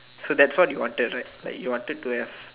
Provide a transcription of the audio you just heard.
so that's what you wanted right like you wanted to have